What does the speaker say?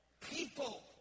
people